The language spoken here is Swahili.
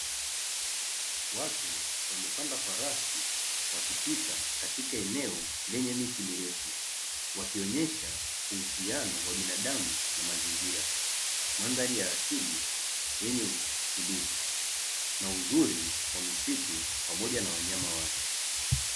Watu wamepanda farasi wakipita katika eneo lenye miti mirefu, wakionyesha uhusiano wa binadamu na mazingira, mandhari ya asili yenye utulivu na uzuri wa misitu pamoja na wanyama wake.